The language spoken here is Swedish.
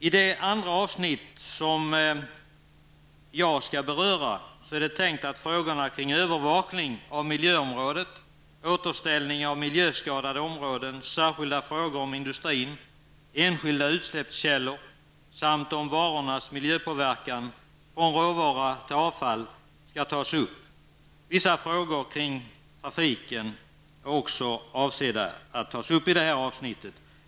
I detta andra avsnitt, som jag skall beröra, är det tänkt att frågorna kring övervakning av miljöområdet, återställning av miljöskadade områden, särskilda frågor om industrin, enskilda utsläppskällor samt varornas miljöpåverkan från råvara till avfall skall tas upp. Vissa frågor med anknytning till trafiken kommer också att beröras i detta avsnitt.